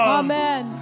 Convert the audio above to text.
amen